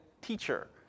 teacher